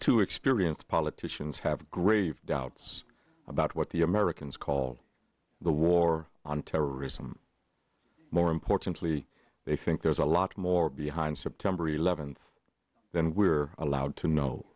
two experienced politicians have grave doubts about what the americans call the war on terrorism more importantly they think there's a lot more behind september eleventh than we're allowed to know